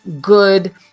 good